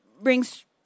brings